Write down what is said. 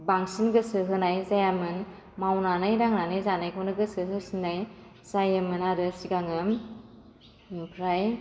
बांसिन गोसो होनाय जायामोन मावनानै दांनानै जानायखौनो गोसो होसिन्नाय जायोमोन आरो सिगाङो ओमफ्राय